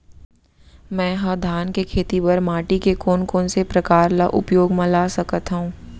मै ह धान के खेती बर माटी के कोन कोन से प्रकार ला उपयोग मा ला सकत हव?